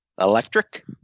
Electric